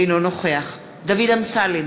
אינו נוכח דוד אמסלם,